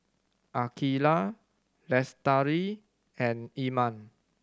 Aqilah Lestari and Iman